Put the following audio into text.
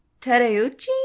Tereuchi